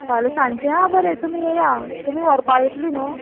फाल्यां सांजचें आ बरें तुमी येया तुमी व्हरपा येतली न्हू